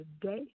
today